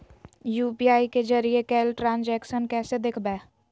UPI के जरिए कैल ट्रांजेक्शन कैसे देखबै?